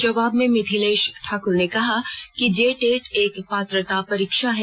जवाब में मिथिलेश ठाक्र ने कहा कि जेटेट एक पात्रता परीक्षा है